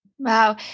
Wow